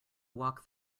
walk